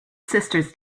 sisters